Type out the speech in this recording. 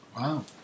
Wow